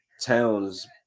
Towns